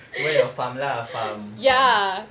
where your farm lah farm farm